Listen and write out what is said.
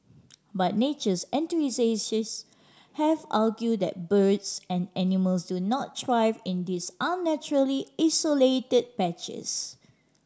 but natures have argued that birds and animals do not thrive in these unnaturally isolated patches